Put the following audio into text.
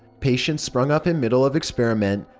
patient sprung up in middle of experiment,